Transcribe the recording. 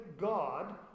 God